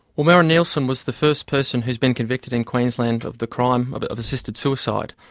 well, merin nielsen was the first person who's been convicted in queensland of the crime but of assisted suicide.